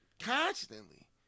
constantly